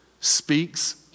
Speaks